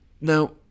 Now